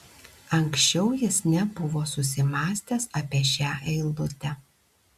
anksčiau jis nebuvo susimąstęs apie šią eilutę